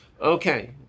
Okay